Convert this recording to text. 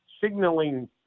signaling